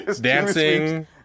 dancing